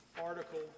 article